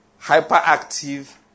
hyperactive